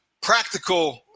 practical